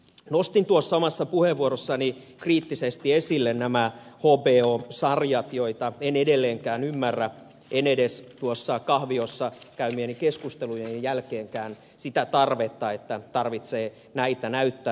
nostin tuossa omassa puheenvuorossani kriittisesti esille nämä hbo sarjat joita en edelleenkään ymmärrä en edes tuossa kahviossa käymieni keskustelujen jälkeenkään sitä tarvetta että tarvitsee näitä näyttää